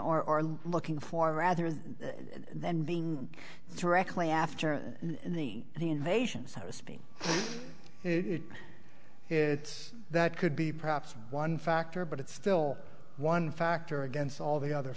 n or looking for rather than being directly after the invasion so to speak it's that could be perhaps one factor but it's still one factor against all the other